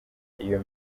iyo